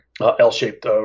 L-shaped